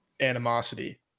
animosity